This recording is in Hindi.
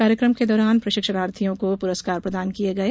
कार्यक्रम के दौरान प्रशिक्षणार्थियों को पुरस्कार प्रदान किये गये